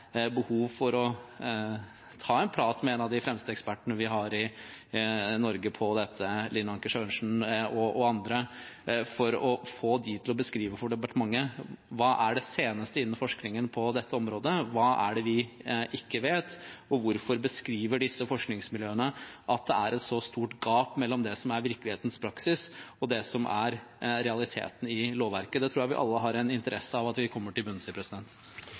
behov for å ta en prat med en av de fremste ekspertene vi har i Norge på dette, Linn Anker-Sørensen og andre, for å få dem til å beskrive for departementet: Hva er det seneste innen forskningen på dette området? Hva er det vi ikke vet? Og hvorfor beskriver disse forskningsmiljøene at det er et så stort gap mellom det som er virkelighetens praksis og det som er realiteten i lovverket? Det tror jeg vi alle har en interesse av at vi kommer til bunns i.